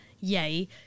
Yay